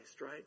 right